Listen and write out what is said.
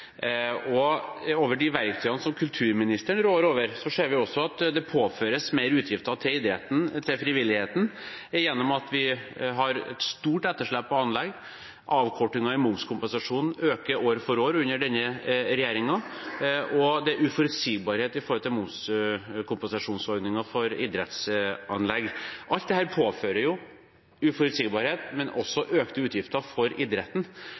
de verktøyene som kulturministeren rår over, ser vi også at det påføres mer utgifter til frivilligheten gjennom at vi har et stort etterslep på anlegg, avkortingen i momskompensasjonen øker år for år under denne regjeringen, og det er uforutsigbarhet når det gjelder momskompensasjonsordningen for idrettsanlegg. Alt dette fører til uforutsigbarhet, men også økte utgifter for idretten.